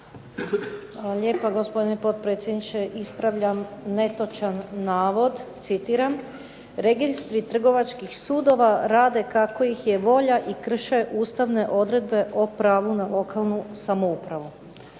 Ana (HDZ)** Gospodine potpredsjedniče, ispravljam netočan navod citiram: „Registri trgovačkih sudova rade kako ih je volja i krše Ustavne odredbe o pravu na lokalnu samoupravu“.